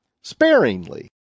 sparingly